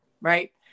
right